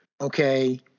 okay